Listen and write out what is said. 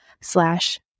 slash